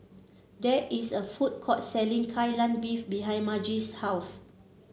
there is a food court selling Kai Lan Beef behind Margie's house